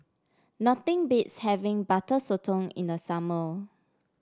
nothing beats having Butter Sotong in the summer